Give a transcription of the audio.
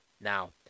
Now